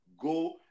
go